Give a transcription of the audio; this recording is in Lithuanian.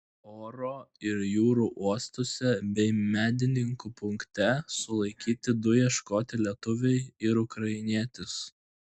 oro ir jūrų uostuose bei medininkų punkte sulaikyti du ieškoti lietuviai ir ukrainietis